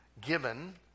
given